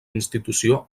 institució